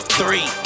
three